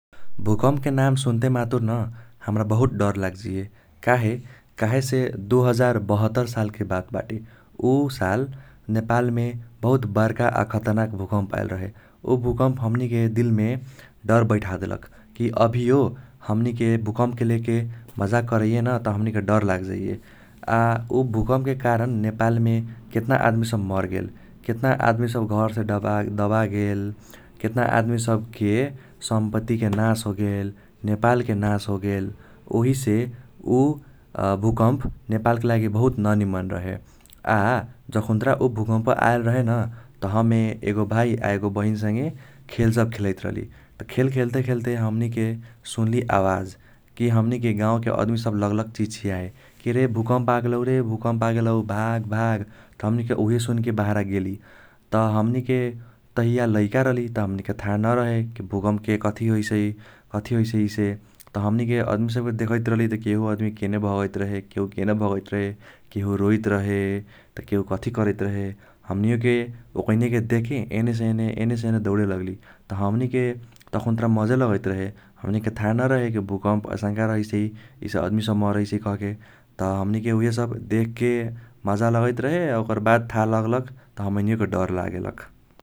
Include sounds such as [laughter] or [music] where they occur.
भूकंपके नाम सुन्ते मातुर न हम्रा बहुत डर लाग जाइये काहे काहेसे दु हाजार बहत्तर सालके बात बाटे, उ साल नेपालमे बहुत बर्का आ खतरनाक भूकंप आएल रहे । उ भूकंप हमनीके दिलमे डर बैठादेलक कि अभियो हमनीके भूकंपके लेके मजाक करैये न त हमनीके डर लाग जाइये। आ उ भूकंपके कारण नेपालमे केतना आदमी सब मर्गेल केतना आदमी सब घरसे [unintelligible] दाबागेल, केतना आदमी सबके संपतिके नाश [noise] होगेल, नेपालके नाश होगेल ओहिसे उ [hesitation] भूकंप नेपलके लागि बहत न निमन रहे । आ जखून्त्रा उ भूकंपवा आएल रहे न त हमे एगो भाई एगो बहिन संगे खेल सब खेलैत रहली । त खेल खेल्ते खेल्ते हमनीके सुन्ली आवाज कि हमनीके गाउके अदमी सब लगलक चिचियाए कि रे भूकंप आगेलौ रे भूकंप आगेलौ भाग भाग त हमनीके उइहे सुनके बाहारा गेली, त हमनीके तहिया लैका रहली त हमनीके थाह न रहे कि भूकंप के कथी होइसै कथी होइसै इसे । त हमनीके अदमी सबके देखैत रहली त केहु अदमी केने भागैत रहे केहु केने भागैत रहे केहु रोइत रहे त केहु कथी करैत रहे । हमनीयोके ओकैनियेके देखि एने से एने एने से एने दौड़े लग्ली । त हमनीके तखून्त्त्रा मजे लगैत रहे हमनीके थाह न रहे कि भूकंप असंका रहैसै इसे अदमी सब मरैसै कहके । त हमनीके उइहे सब देख्के माजा लगैत रहे आ ओकर बाद थाह लगलक त हमैनियोके डर लागगेलक ।